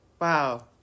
wow